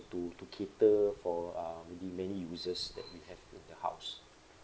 to to cater for uh maybe many users that we have in the house